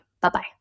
Bye-bye